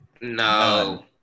No